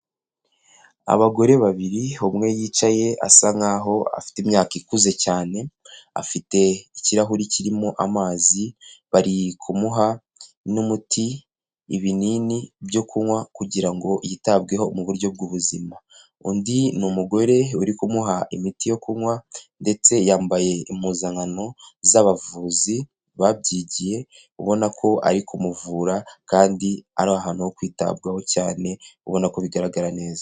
Abagore babiri umwe yicaye asa nkaho'aho afite imyaka ikuze cyane, afite ikirahuri kirimo amazi bari kumuha n'umuti, ibinini byo kunywa kugira ngo yitabweho mu buryo bw'ubuzima. Undi ni umugore uri kumuha imiti yo kunywa ndetse yambaye impuzankano z'abavuzi babyigiye, ubona ko ari kumuvura kandi ari ahantu ho kwitabwaho cyane ubona ko bigaragara neza.